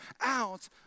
out